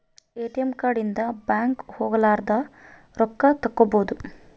ATM card ಇಂದ bank ಹೋಗಲಾರದ ರೊಕ್ಕ ತಕ್ಕ್ಕೊಬೊದು